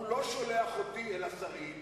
הוא לא שולח אותי אל השרים,